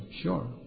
sure